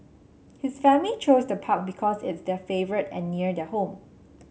his family chose the park because it's their favourite and near their home